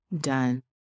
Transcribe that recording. done